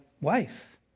wife